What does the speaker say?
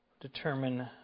determine